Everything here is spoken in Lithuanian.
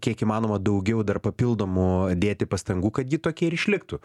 kiek įmanoma daugiau dar papildomų dėti pastangų kad ji tokia ir išliktų